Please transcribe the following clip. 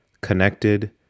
connected